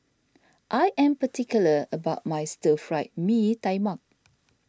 I am particular about my Stir Fried Mee Tai Mak